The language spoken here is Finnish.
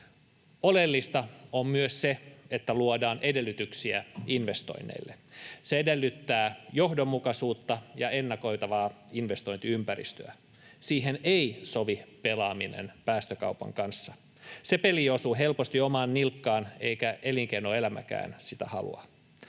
Oleellista on myös se, että luodaan edellytyksiä investoinneille. Se edellyttää johdonmukaisuutta ja ennakoitavaa investointiympäristöä. Siihen ei sovi pelaaminen päästökaupan kanssa. Se peli osuu helposti omaan nilkkaan, eikä elinkeinoelämäkään sitä halua.